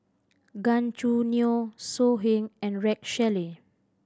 Gan Choo Neo So Heng and Rex Shelley